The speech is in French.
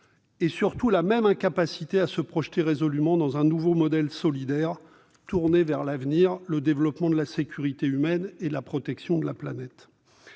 et, surtout, la même incapacité à se projeter résolument dans un nouveau modèle solidaire, tourné vers l'avenir, le développement de la sécurité humaine et de la protection de la planète.